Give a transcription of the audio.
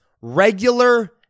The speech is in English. regular